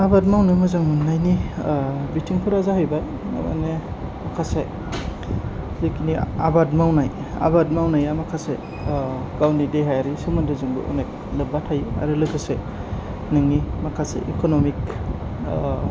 आबाद मावनो मोजां मोननायनि बिथिंफोरा जाहैबाय माने माखासे जेखिनि आबाद मावनाय आबाद मावनाया माखासे गावनि देहायारि सोमोन्दो जोंबो अनेक लोब्बा थायो लोगोसे नोंनि माखासे इक'नमिक